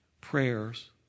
prayers